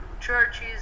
churches